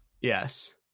yes